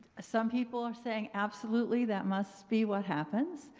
some people are saying absolutely that must be what happens,